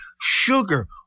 sugar